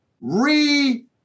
re-